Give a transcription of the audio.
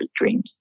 dreams